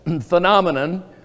phenomenon